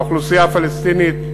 האוכלוסייה הפלסטינית,